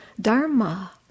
dharma